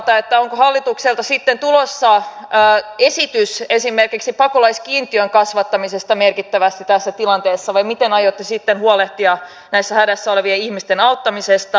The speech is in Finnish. onko hallitukselta sitten tulossa esitys esimerkiksi pakolaiskiintiön kasvattamisesta merkittävästi tässä tilanteessa vai miten aiotte sitten huolehtia näiden hädässä olevien ihmisten auttamisesta